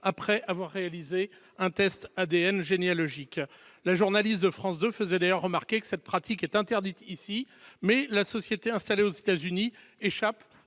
après avoir réalisé un test ADN généalogique. La journaliste de France 2 faisait d'ailleurs remarquer que cette pratique était interdite en France, mais la société installée aux États-Unis échappe